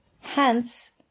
Hence